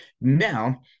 Now